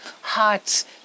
hearts